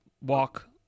walk